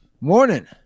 Morning